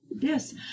Yes